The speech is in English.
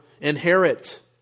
inherit